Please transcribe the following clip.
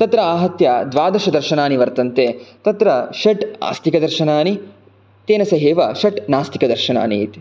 तत्र आहत्य द्वादशदर्शनानि वर्तन्ते तत्र षट् आस्तिकदर्शनानि तेन सहैव षट् नास्तिकदर्शनानि इति